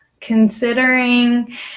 considering